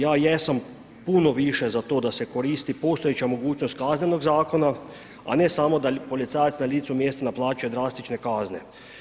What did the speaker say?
Ja jesam puno više za to da se koristi postojeća mogućnost kaznenog zakona, a ne samo da policajac na licu mjesta naplaćuje drastične kazne.